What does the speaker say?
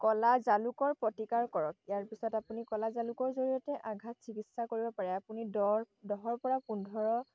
কলা জালুকৰ প্ৰতিকাৰ কৰক ইয়াৰ পিছত আপুনি কলা জালুকৰ জৰিয়তে আঘাত চিকিৎসা কৰিব পাৰে আপুনি দহ দহৰ পৰা পোন্ধৰ